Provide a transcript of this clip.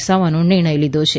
બનાવવાનો નિર્ણય લીધો છે